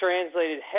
translated